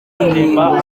inkingo